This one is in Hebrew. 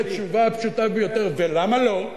התשובה הפשוטה ביותר: ולמה לא?